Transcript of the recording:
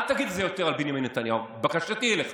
אל תגיד את זה יותר על בנימין נתניהו, בקשתי אליך.